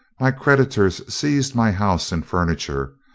my creditors seized my house and furniture,